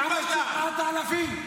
למה שחררת אלפים?